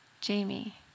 Jamie